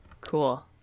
Cool